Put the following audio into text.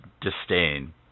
disdain